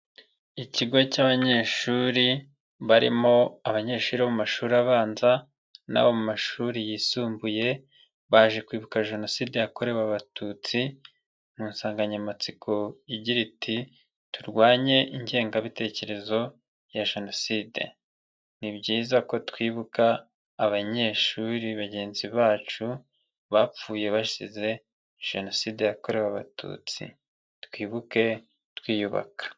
Ikigo cy'abanyeshuri barimo abanyeshuri bo mu mashuri abanza n'abo mu mashuri yisumbuye baje kwibuka jenoside yakorewe abatutsi mu nsanganyamatsiko igira iti turwanye ingengabitekerezo ya jenoside, ni byiza ko twibuka abanyeshuri bagenzi bacu bapfuye bazize jenoside yakorewe abatutsi twibuke twiyubaka.